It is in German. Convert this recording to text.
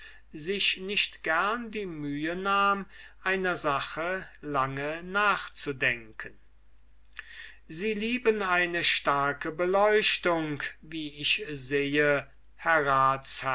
sich zu geben nicht gerne die mühe nahm einer sache lange nachzudenken sie lieben eine starke beleuchtung wie ich sehe